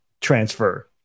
transfer